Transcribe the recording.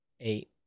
Eight